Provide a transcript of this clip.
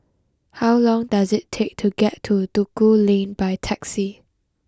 how long does it take to get to Duku Lane by taxi